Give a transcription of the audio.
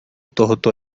tohoto